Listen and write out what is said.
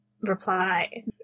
reply